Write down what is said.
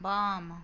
बाम